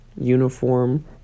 uniform